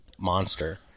monster